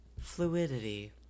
Fluidity